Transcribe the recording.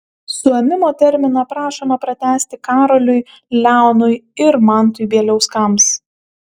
suėmimo terminą prašoma pratęsti karoliui leonui ir mantui bieliauskams